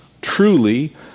truly